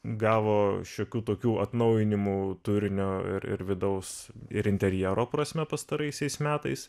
gavo šiokių tokių atnaujinimų turinio ir ir vidaus ir interjero prasme pastaraisiais metais